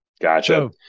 Gotcha